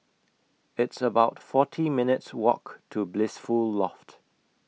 It's about forty minutes' Walk to Blissful Loft